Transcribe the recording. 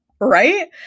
right